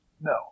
No